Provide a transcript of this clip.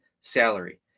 salary